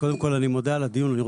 כל אני מודה על קיום הדיון הזה.